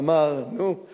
ואמר: נו,